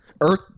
Earth